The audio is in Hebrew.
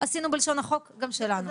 עשינו בלשון החוק גם שלנו.